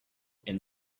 and